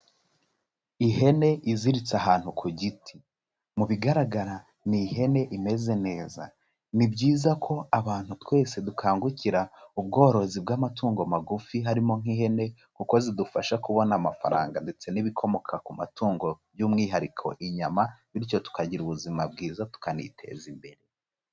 Ihene iziritse ahantu ku giti, mu bigaragara ni ihene imeze neza, ni byiza ko abantu twese dukangukira ubworozi bw'amatungo magufi harimo nk'ihene, kuko zidufasha kubona amafaranga ndetse n'ibikomoka ku matungo by'umwihariko inyama, bityo tukagira ubuzima bwiza tukaniteza imbere.